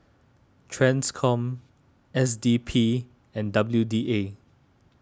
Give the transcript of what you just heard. Transcom S D P and W D A